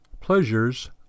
Pleasures